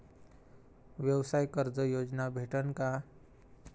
व्यवसाय कर्ज योजना भेटेन का?